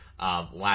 last